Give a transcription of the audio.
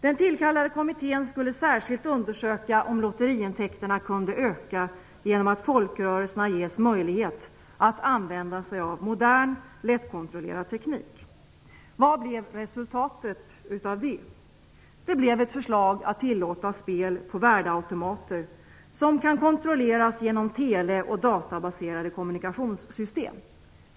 Den tillkallade kommittén skulle särskilt undersöka om lotteriintäkterna kunde öka genom att man gav folkrörelserna möjlighet att använda sig av modern, lättkontrollerad teknik. Vad blev resultatet av det? Det blev ett förslag att tillåta spel på värdeautomater, som kan kontrolleras genom tele och databaserade kommunikationssystem.